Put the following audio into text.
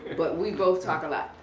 but we both talk a lot.